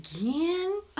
Again